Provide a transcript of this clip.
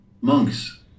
Monks